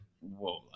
whoa